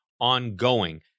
ongoing